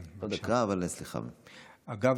אגב,